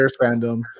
fandom